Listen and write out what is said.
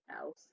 else